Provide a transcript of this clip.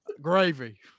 Gravy